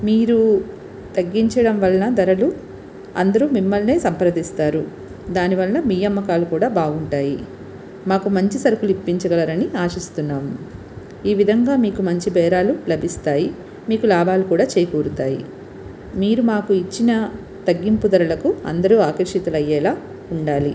మీరు తగ్గించడం వలన ధరలు అందరూ మిమ్మల్ని సంప్రదిస్తారు దాని వల్ల మీ అమ్మకాలు బాగుంటాయి మాకు మంచి సరుకులు ఇప్పించగలరని ఆశిస్తున్నాం ఈ విధంగా మీకు మంచి బేరాలు లభిస్తాయి మీకు లాభాలు కూడా చేకూరుతాయి మీరు మాకు ఇచ్చిన తగ్గింపు ధరలకు అందరూ ఆకర్షితులయ్యేలా ఉండాలి